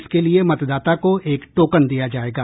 इसके लिए मतदाता को एक टोकन दिया जायेगा